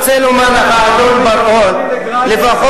אתה לא רוצה לחפור את הקבר של הגברת